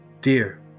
dear